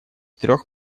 трех